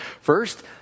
First